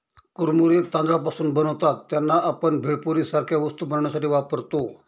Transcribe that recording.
कुरमुरे तांदळापासून बनतात त्यांना, आपण भेळपुरी सारख्या वस्तू बनवण्यासाठी वापरतो